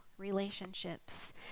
relationships